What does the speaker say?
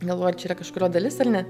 galvoji ar čia yra kažkurio dalis ar ne